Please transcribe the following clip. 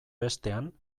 bestean